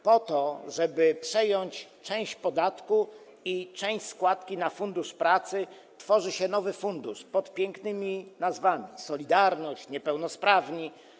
Po to, żeby przejąć część podatku i część składki na Fundusz Pracy, tworzy się nowy fundusz pod pięknymi nazwami: solidarność, niepełnosprawni.